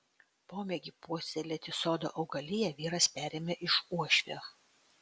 pomėgį puoselėti sodo augaliją vyras perėmė iš uošvio